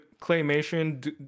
claymation